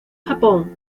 japón